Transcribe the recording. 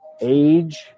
age